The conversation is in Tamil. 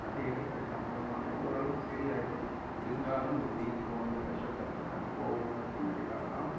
அது எடுத்ததுக்கு அப்புறமாகவே ஓரளவுக்கு சரியாகிடும் இருந்தாலும் அந்த வீக்கம் அந்த விஷத்தன்மை அது போகணும் அப்புடிங்கிறதுக்காக தான்